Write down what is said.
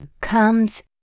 comes